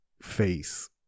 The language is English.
face